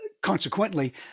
Consequently